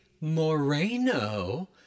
Moreno